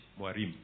Muarim